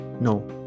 no